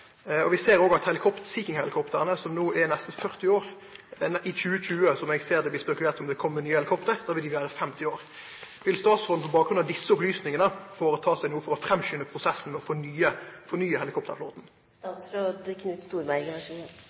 Vi veit òg at Sea King-helikoptra no er nesten 40 år, og eg ser at det blir spekulert i om det vil komme nye helikopter i 2020, og da vil dei vere 50 år. Vil statsråden på bakgrunn av desse opplysningane foreta seg noko for å framskunde prosessen for å